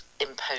imposed